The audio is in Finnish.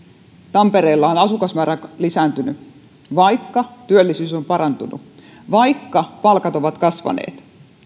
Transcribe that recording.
tampereella on asukasmäärä lisääntynyt vaikka työllisyys on parantunut vaikka palkat ovat kasvaneet